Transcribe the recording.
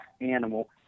animal